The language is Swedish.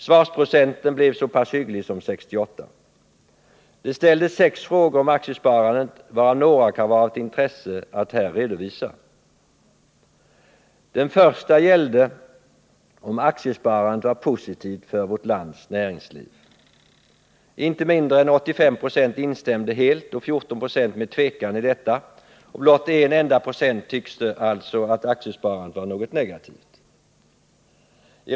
Svarsprocenten blev så pass hygglig som 68. Det ställdes sex frågor om aktiesparandet, varav några kan vara av intresse att här redovisa. Den första gällde om aktiesparandet var positivt för vårt lands näringsliv. Inte mindre än 85 96 instämde helt och 14 96 med tvekan i detta, och blott en enda procent tyckte att aktiesparandet var något negativt.